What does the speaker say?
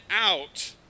out